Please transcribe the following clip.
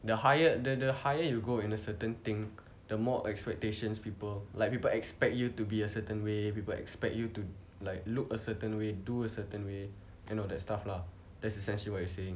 the higher the the higher you go in a certain thing the more expectations people like people expect you to be a certain way people expect you to like look a certain way do a certain way and all that stuff lah that's essentially what you saying